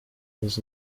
was